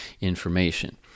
information